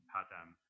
Padam